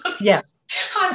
Yes